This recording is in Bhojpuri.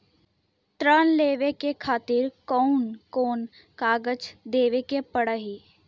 ऋण लेवे के खातिर कौन कोन कागज देवे के पढ़ही?